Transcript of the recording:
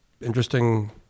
interesting